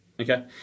okay